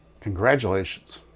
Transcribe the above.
congratulations